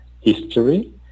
history